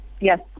Yes